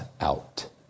out